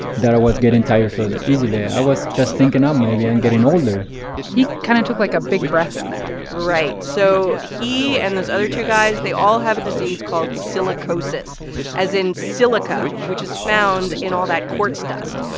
that i was getting tired so easily. i was just thinking, oh, um maybe i'm getting older he kind of took, like, a big breath in there right. so he and those other two guys they all have a disease called silicosis as in silica, which is found in all that quartz dust.